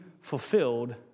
fulfilled